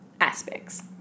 aspects